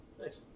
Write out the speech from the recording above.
Nice